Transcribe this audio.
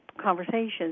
conversations